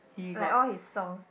like all his songs